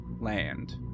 land